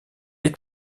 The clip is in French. est